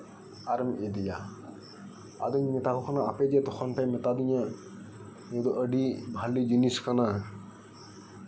ᱟᱨᱮᱢ ᱤᱫᱤᱭᱟ ᱟᱫᱚᱧ ᱢᱮᱛᱟ ᱠᱚ ᱠᱟᱱᱟ ᱟᱯᱮ ᱜᱮ ᱛᱚᱠᱷᱚᱱ ᱯᱮ ᱢᱮᱛᱟ ᱫᱤᱧᱟ ᱱᱤᱭᱟᱹ ᱫᱚ ᱟᱹᱰᱤ ᱵᱷᱟᱹᱞᱮ ᱡᱤᱱᱤᱥ ᱠᱟᱱᱟ